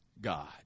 God